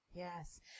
Yes